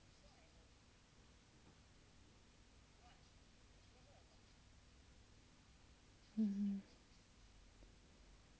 hmm